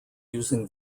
using